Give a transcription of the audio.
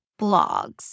blogs